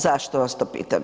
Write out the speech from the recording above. Zašto vas to pitam?